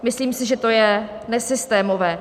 Myslím si, že to je nesystémové.